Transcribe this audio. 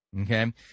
okay